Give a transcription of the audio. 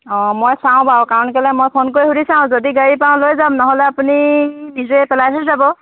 অঁ মই চাওঁ বাৰু কাৰণ কেলৈ মই ফোন কৰি সুধি চাওঁ যদি গাড়ী পাওঁ লৈ যাম নহ'লে আপুনি নিজে পেলাই হৈ যাব